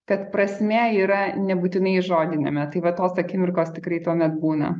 kad prasmė yra nebūtinai žodiniame tai va tos akimirkos tikrai tuomet būna